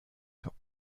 ans